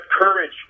courage